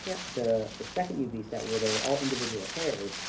yeah the the second uv set, where they were all individual hairs,